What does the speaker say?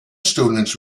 students